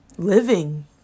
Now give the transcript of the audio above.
living